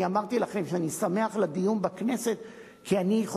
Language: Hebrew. אני אמרתי לכם שאני שמח על הדיון בכנסת,